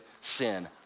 sin